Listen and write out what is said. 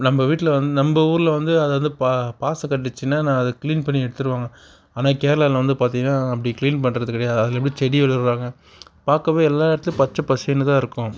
நம்ம வீட்டில் வந்து நம்ம ஊரில் வந்து அது வந்து பா பாச காட்டிச்சுனா அதை கிளீன் பண்ணி எடுத்துடுவாங்க ஆனால் கேரளாவில் வந்து பார்த்தீங்னா அப்படி கிளீன் பண்ணுறது கிடையாது அதில் அப்படியே செடி வளர்கிறாங்க பார்க்கவே எல்லா இடத்துலயும் பச்சை பசேல்னு தான் இருக்கும்